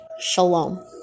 Shalom